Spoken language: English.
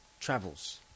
Travels